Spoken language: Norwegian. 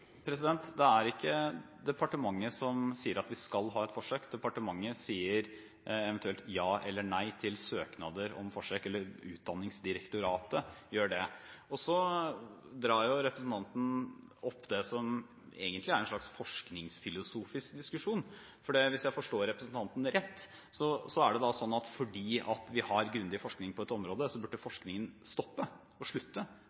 her? Det er ikke departementet som sier at vi skal ha et forsøk. Departementet – eller Utdanningsdirektoratet – sier eventuelt ja eller nei til søknader om forsøk. Så drar representanten opp det som egentlig er en slags forskningsfilosofisk diskusjon, for hvis jeg forstår representanten rett, er det slik at fordi vi har grundig forskning på et område, så burde forskningen stoppe, og slutte.